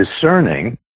discerning